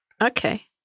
Okay